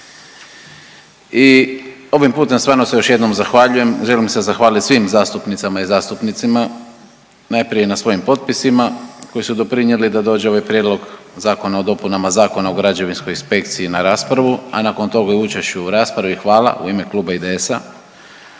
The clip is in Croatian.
I ovim putem stvarno se još jednom zahvaljujem, želim se zahvalit svim zastupnicama i zastupnicima najprije na svojim potpisima koji su doprinjeli da dođe ovaj Prijedlog zakona o dopunama Zakona o građevinskoj inspekciji na raspravu, a nakon toga i učešću u raspravi, hvala u ime Kluba IDS-a.